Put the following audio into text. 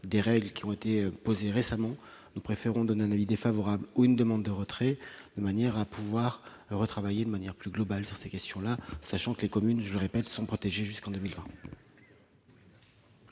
des règles qui ont été posées récemment, nous préférons donner un avis défavorable ou demander le retrait de l'amendement afin de retravailler de manière plus globale ces questions, sachant que les communes, je le répète, sont protégées jusqu'en 2020.